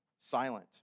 silent